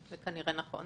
זה כנראה נכון.